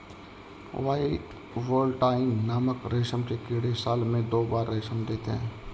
bivoltine नामक रेशम के कीड़े साल में दो बार रेशम देते है